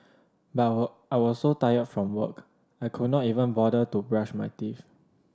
I was so tired from work I could not even bother to brush my teeth